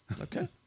okay